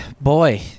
Boy